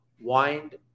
wind